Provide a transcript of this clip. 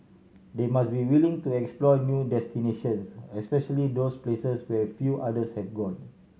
they must be willing to explore new destinations especially those places where few others have gone